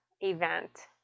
event